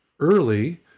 Early